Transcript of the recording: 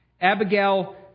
Abigail